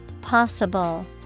possible